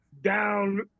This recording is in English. down